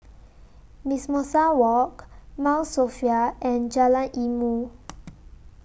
Mimosa Walk Mount Sophia and Jalan Ilmu